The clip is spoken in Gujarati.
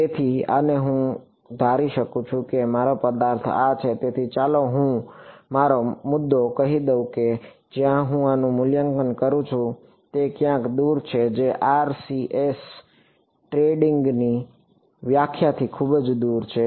તેથી અને આ હું ધારી શકું છું કે મારો પદાર્થ આ છે તેથી ચાલો હું મારો મુદ્દો કહી દઉં કે જ્યાં હું આનું મૂલ્યાંકન કરું છું તે ક્યાંક દૂર છે જે RCS ટ્રેન્ડિંગની વ્યાખ્યાથી ખૂબ જ દૂર છે